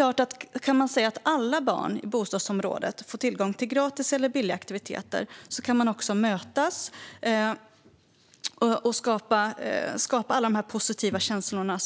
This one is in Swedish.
Om alla barn i bostadsområdet får tillgång till gratis eller billiga aktiviteter kan de mötas och skapa de positiva känslor